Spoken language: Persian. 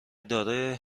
دارای